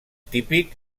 típic